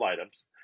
items